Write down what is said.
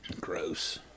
Gross